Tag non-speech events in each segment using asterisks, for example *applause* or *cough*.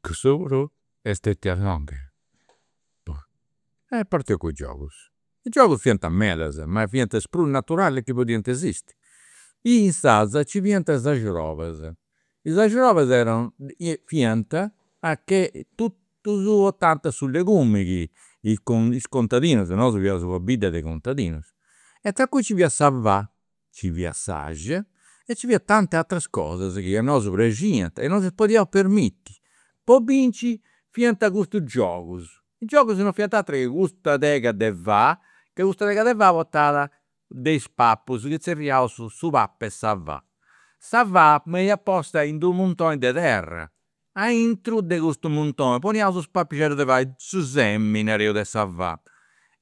Cussa puru est stetia longa. *hesitation* E parteus cun is giogus, i' giogus fiant medas ma fiant is prus naturali chi podiant esisti. Insaras nci fiant is arxiobas, is arxiobas erano, *hesitation* fiant a che totus portant su legumi chi is *hesitation* is contadinus, nosu fiaus una bidda de contadinus, e tra cui nci fiat sa faa, nci fiat s'axia, e nci fiat tantas ateras cosas chi a nosu praxiant e non si ddas podiaus permitti. Po binci fadiant custus giogus, giogus non fiant aturu chi custa tega de faa, chi custa tega de faa portat *hesitation* de is papus chi zerriaus su *hesitation* su pap'e sa faa. Sa faa beniat posta in d'unu muntoni de terra, aintru de custu muntoni poniaus is papixeddus de faa, su semini nareus de sa faa,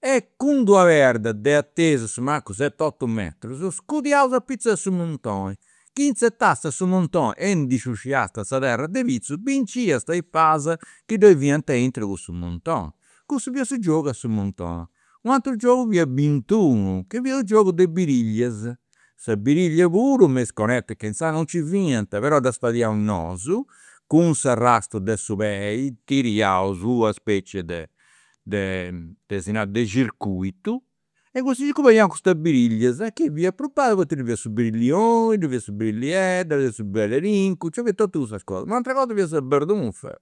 e cun d'una perda de atesu, asumancus seti otu metrus, scudiaus apizus de su muntoni, chi inzetasta su muntoni e ndi sciusciasta sa terra de pitzus, binciasta is faas chi ddoi fiant aintru de cussu muntoni. Cussu fiat su giogu a su muntoni. U' ateru giogu chi ia bintu unu, chi fiat giogu de birillias, sa birillia puru me is cunetas che inzaras non nci fiant, però ddas fadiaus nosu, cun s'arastu de su pei tiriaus una specie de *hesitation* de de ita si tanta, de circuitu e in cussu circuitu *unintelligible* custas birillias, chi fiat prus bravu, poita ddoi fiat su birillioni, ddoi fiat sa birilliedda, ddoi fiat su baddarincu, nci fiant totus cussas cosas. U' atera cosa fiat sa bardunfa